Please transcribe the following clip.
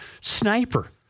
sniper